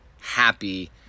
happy